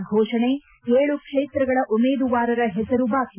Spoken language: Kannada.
ಥೋಷಣೆ ಏಳು ಕ್ವೇತ್ರಗಳ ಉಮೇದುವಾರರ ಹೆಸರು ಬಾಕಿ